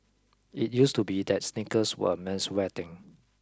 it used to be that sneakers were a menswear thing